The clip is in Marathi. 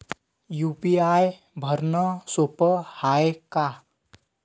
यू.पी.आय भरनं सोप हाय का?